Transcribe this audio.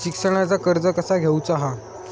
शिक्षणाचा कर्ज कसा घेऊचा हा?